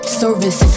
service